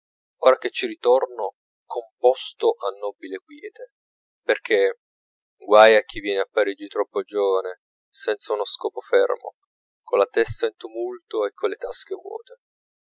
ora che ci ritorno composto a nobile quiete perchè guai a chi viene a parigi troppo giovane senza uno scopo fermo colla testa in tumulto e colle tasche vuote